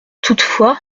toutefois